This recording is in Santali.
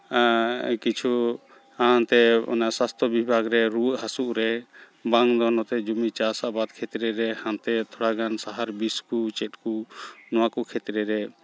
ᱠᱤᱪᱷᱩ ᱦᱟᱱᱛᱮ ᱚᱱᱟ ᱥᱟᱥᱛᱷᱚ ᱵᱤᱵᱷᱟᱜᱽ ᱨᱮ ᱨᱩᱣᱟᱹᱜ ᱦᱟᱹᱥᱩᱜ ᱨᱮ ᱵᱟᱝ ᱫᱚ ᱱᱚᱛᱮ ᱡᱩᱢᱤ ᱪᱟᱥᱼᱟᱵᱟᱫᱽ ᱠᱷᱮᱛᱨᱮ ᱨᱮ ᱦᱟᱱᱛᱮ ᱛᱷᱚᱲᱟ ᱜᱟᱱ ᱥᱟᱦᱟᱨ ᱵᱤᱥ ᱠᱚ ᱪᱮᱫ ᱠᱚ ᱱᱚᱣᱟ ᱠᱚ ᱠᱷᱮᱛᱨᱮ ᱨᱮ